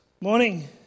morning